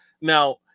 Now